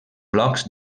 blocs